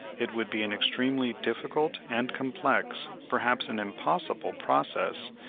it would be an extremely difficult and complex, perhaps an impossible process,